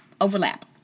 overlap